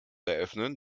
eröffnen